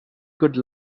good